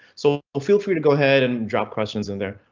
so feel free to go ahead and drop questions in there.